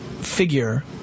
figure